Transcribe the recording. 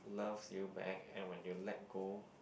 love you back and and when you let go